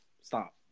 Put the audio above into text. Stop